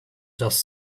just